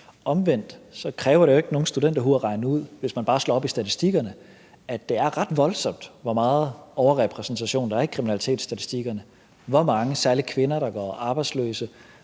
Omvendt kræver det jo ikke nogen studenterhue at regne ud, hvis man bare slår op i statistikkerne, at det er ret voldsomt, hvor meget overrepræsentation der er i kriminalitetsstatistikkerne; hvor mange, særlig kvinder, der går arbejdsløse;